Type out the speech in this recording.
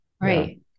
Right